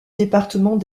département